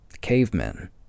cavemen